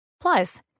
Plus